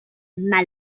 mal